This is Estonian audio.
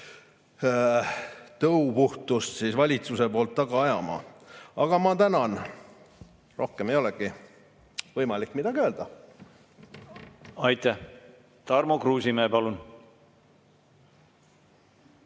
tõupuhtust valitsuse poolt taga ajama. Aga ma tänan! Rohkem ei olegi võimalik midagi öelda. Aitäh! Tarmo Kruusimäe, palun!